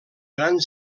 gran